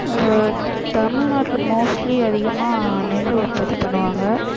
தமிழ்நாட்டில் மோஸ்ட்லி அதிகமாக நெல் உற்பத்தி பண்ணுவாங்க